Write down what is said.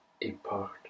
depart